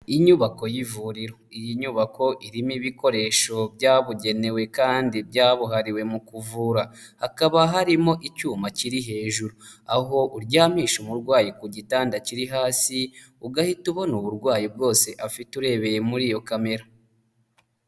Inyubako y'ivuriro. Iyi nyubako irimo ibikoresho byabugenewe kandi byabuhariwe mu kuvura. Hakaba harimo icyuma kiri hejuru aho uryamisha umurwayi ku gitanda kiri hasi, ugahita ubona uburwayi bwose afite, urebeye muri iyo camera.